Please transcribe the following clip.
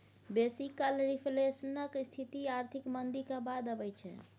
बेसी काल रिफ्लेशनक स्थिति आर्थिक मंदीक बाद अबै छै